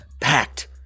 packed